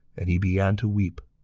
and he began to weep.